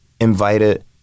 invited